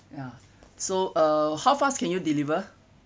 ya so uh how fast can you deliver